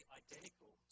identical